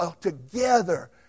together